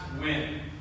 win